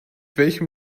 welchem